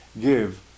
give